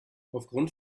aufgrund